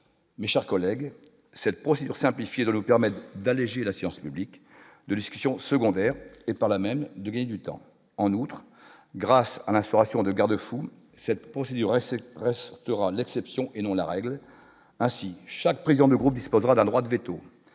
mes chers collègues, cette procédure simplifiée de l'eau permettent d'alléger la science publique de discussion secondaire et par là même de gagner du temps en outre grâce à l'instauration de garde-fou cette procédure restera l'exception et non la règle ainsi chaque président de groupe disposera d'un droit de véto